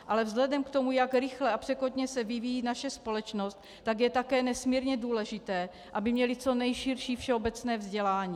Ale vzhledem k tomu, jak rychle a překotně se vyvíjí naše společnost, tak je také nesmírně důležité, aby měly co nejširší všeobecné vzdělání.